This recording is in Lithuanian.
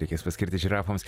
reikės paskirti žirafoms